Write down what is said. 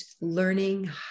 learning